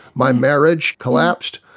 my marriage collapsed,